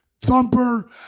Thumper